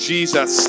Jesus